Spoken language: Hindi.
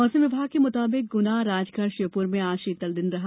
मौसम विभाग के मुताबिक गुना राजगढ़ श्योपुर में आज शीतल दिन रहा